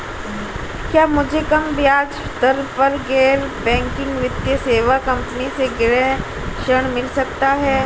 क्या मुझे कम ब्याज दर पर गैर बैंकिंग वित्तीय सेवा कंपनी से गृह ऋण मिल सकता है?